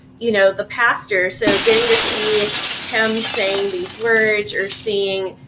you know, the pastor. so getting to see him saying these words or seeing,